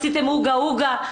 עשיתם עוגה-עוגה.